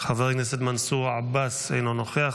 חבר הכנסת מנסור עבאס, אינו נוכח.